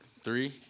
Three